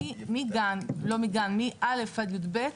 מ-א' עד י"ב,